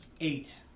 Eight